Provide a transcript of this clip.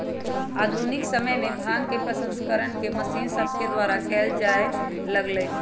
आधुनिक समय में भांग के प्रसंस्करण मशीन सभके द्वारा कएल जाय लगलइ